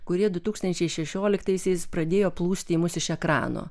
kurie du tūkstančiai šešioliktaisiais pradėjo plūsti į mus iš ekrano